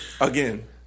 again